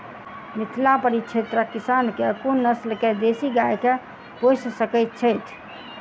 मिथिला परिक्षेत्रक किसान केँ कुन नस्ल केँ देसी गाय केँ पोइस सकैत छैथि?